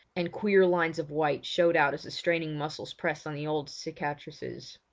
and queer lines of white showed out as the straining muscles pressed on the old cicatrices.